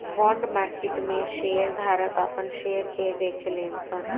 bond market में share धारक आपन शेयर के बेचेले सन